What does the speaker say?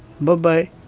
Bye-bye